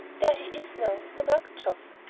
there he is now, remarked geoff.